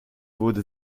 wurde